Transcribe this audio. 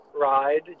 ride